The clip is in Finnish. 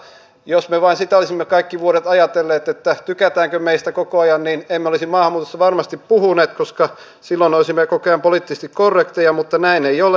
jos me vain sitä olisimme kaikki vuodet ajatelleet että tykätäänkö meistä koko ajan niin emme olisi maahanmuutosta varmasti puhuneet koska silloin olisimme koko ajan poliittisesti korrekteja mutta näin ei ole